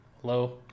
Hello